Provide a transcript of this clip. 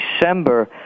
December